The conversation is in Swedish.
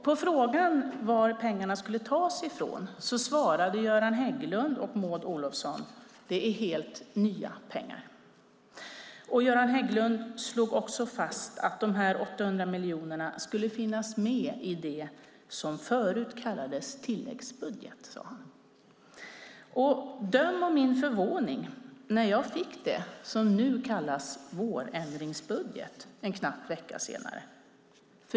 På frågan var pengarna skulle tas ifrån svarade Göran Hägglund och Maud Olofsson: Det är helt nya pengar. Göran Hägglund slog också fast att de 800 miljonerna skulle finnas med i det som förut kallades tilläggsbudgeten. Döm om min förvåning när jag fick det som nu kallas vårändringsbudgeten knappt en vecka senare.